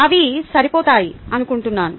అవి సరిపోతాయి అనుకుంటున్నాను